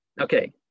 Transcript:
Okay